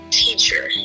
teacher